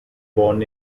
born